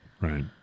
Right